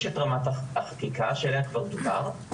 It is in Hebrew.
יש את רמת החקיקה שעליה כבר דובר,